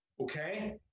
okay